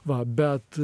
va bet